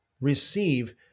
receive